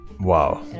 Wow